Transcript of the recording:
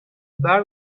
برق